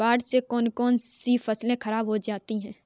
बाढ़ से कौन कौन सी फसल खराब हो जाती है?